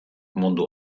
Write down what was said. mundu